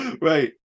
Right